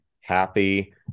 happy